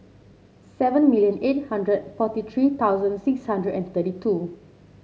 seven million eight hundred forty three thousand six hundred and thirty two